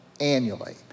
annually